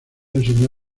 enseñó